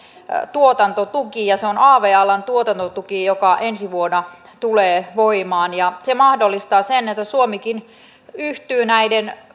tuotantotuki ja se on av alan tuotantotuki joka ensi vuonna tulee voimaan ja se mahdollistaa sen että suomikin yhtyy näiden